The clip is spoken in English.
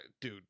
dude